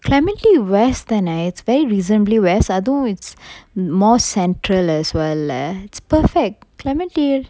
clementi west தான:thana is very reasonably west அதுவும்:athuvum it's more centralised world lah it's perfect clementi